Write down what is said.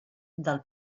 del